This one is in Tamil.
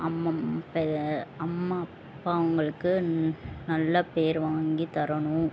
அம்மம் பெ அம்மா அப்பா அவங்களுக்கு நல்ல பேர் வாங்கித் தரணும்